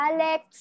Alex